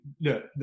look